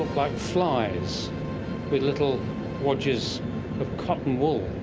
like flies with little wodges of cottonwool.